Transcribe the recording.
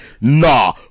nah